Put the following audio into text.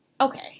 okay